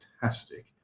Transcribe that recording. fantastic